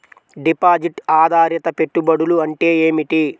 Deposit ఆధారిత పెట్టుబడులు అంటే ఏమిటి?